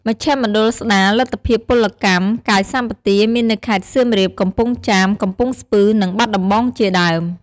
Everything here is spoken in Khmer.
មជ្ឈមណ្ឌលស្តារលទ្ធភាពពលកម្មកាយសម្បទាមាននៅខេត្តសៀមរាប កំពង់ចាម កំពង់ស្ពឺ និងបាត់ដំបង់ជាដើម។